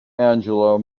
angela